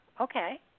okay